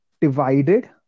divided